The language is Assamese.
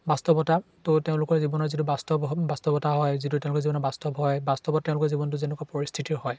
বাস্তৱতাটো তেওঁলোকৰ জীৱনত যিটো বাস্তৱ বাস্তৱতা হয় যিটো তেওঁলোকৰ জীৱনত বাস্তৱ হয় বাস্তৱত তেওঁলোকৰ জীৱনটো যেনেকুৱা পৰিস্থিতিৰ হয়